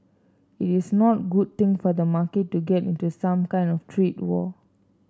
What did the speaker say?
it is not a good thing for the market to get into some kind of trade war